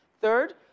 Third